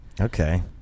Okay